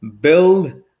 build